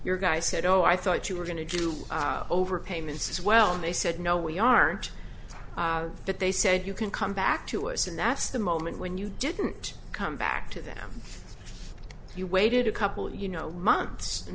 your guy said oh i thought you were going to do overpayments as well and they said no we aren't but they said you can come back to us and that's the moment when you didn't come back to them you waited a couple you know months and